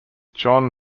john